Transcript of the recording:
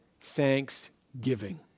thanksgiving